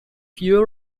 fewer